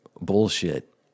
bullshit